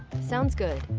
sounds good.